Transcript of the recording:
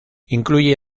incluye